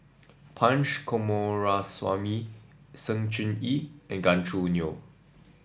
Punch Coomaraswamy Sng Choon Yee and Gan Choo Neo